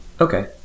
Okay